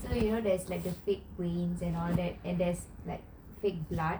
so you know there's the fake veins and all that and there's fake blood